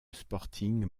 sporting